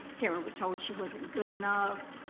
cameron was told she wasn't good enough.